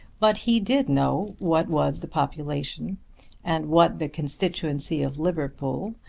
but he did know what was the population and what the constituency of liverpool,